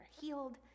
healed